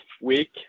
week